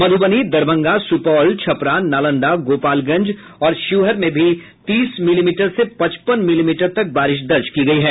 मधुबनी दरभंगा सुपौल छपरा नालंदा गोपालगंज और शिवहर में भी तीस मिलीमीटर से पचपन मिलीमीटर तक बारिश दर्ज की गयी है